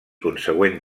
consegüent